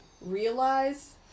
realize